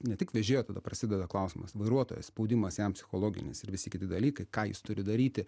ne tik vežėjo tada prasideda klausimas vairuotojas spaudimas jam psichologinis ir visi kiti dalykai ką jis turi daryti